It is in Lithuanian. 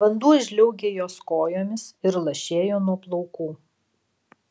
vanduo žliaugė jos kojomis ir lašėjo nuo plaukų